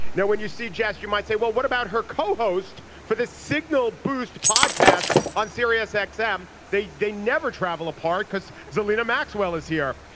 now when you see jazz you might say well what about her co-host for this signal boost podcast on sirius xm. um they they never travel apart because selina maxwell is here.